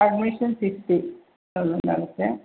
admission sixty thousand ಆಗುತ್ತೆ